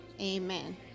amen